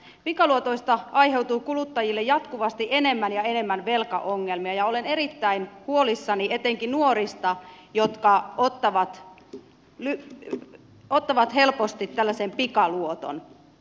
pikaluotoista aiheutuu kuluttajille jatkuvasti enemmän ja enemmän velkaongelmia ja olen erittäin huolissani etenkin nuorista jotka ottavat helposti tällaisen pikaluoton